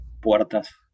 puertas